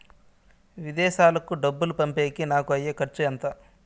విదేశాలకు డబ్బులు పంపేకి నాకు అయ్యే ఖర్చు ఎంత?